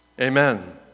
Amen